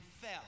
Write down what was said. fell